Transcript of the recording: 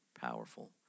powerful